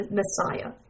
Messiah